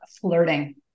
flirting